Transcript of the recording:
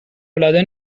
العاده